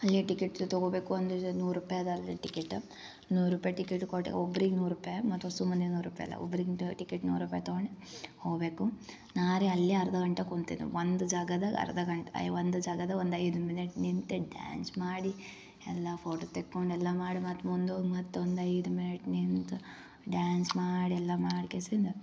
ಅಲ್ಲೇ ಟಿಕೆಟ್ ತಗೋಬೇಕು ಅಂದಾಜಾ ನೂರುಪಾಯ್ ಅದಲ್ಲಿ ಟಿಕೇಟ್ ನೂರುಪಾಯ್ ಟಿಕೆಟ್ ಕೊಟ್ಟೆ ಒಬ್ಬರಿಗ್ ನೂರುಪಾಯ್ ಮತ್ತು ಸುಮ್ಮನೆ ನೂರುಪಾಯ್ ಅಲ್ಲ ಒಬ್ಬರಿಗೆ ಟಿಕೆಟ್ ನೂರುಪಾಯ್ ತಗೋಣೆ ಹೋಗಬೇಕು ನಾರೇ ಅಲ್ಲೇ ಅರ್ಧ ಗಂಟೆ ಕುಂತಿದ್ದು ಒಂದು ಜಾಗದಾಗೆ ಅರ್ಧ ಗಂಟೆ ಐ ಒಂದು ಜಾಗದಾಗ ಒಂದು ಐದು ಮಿನಿಟ್ ನಿಂತೆ ಡ್ಯಾನ್ಸ್ ಮಾಡಿ ಎಲ್ಲ ಫೋಟೋ ತೆಕ್ಕೊಂಡು ಎಲ್ಲ ಮಾಡು ಮತ್ತು ಮುಂದೋಗಿ ಮತ್ತೊಂದು ಐದು ಮಿನಿಟ್ ನಿಂತು ಡ್ಯಾನ್ಸ್ ಮಾಡೆಲ್ಲಾ ಮಾಡ್ಕೇಸಿಂದು